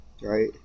Right